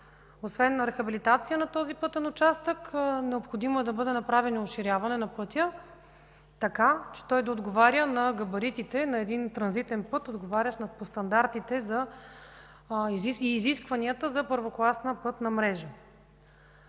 освен рехабилитация на този пътен участък, необходимо е да бъде направено уширяване на пътя, така че той да отговоря на габаритите на един транзитен път, отговарящ по стандартите и изискванията за първокласна пътна мрежа.